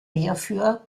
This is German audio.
hierfür